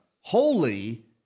Holy